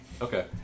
Okay